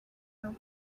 are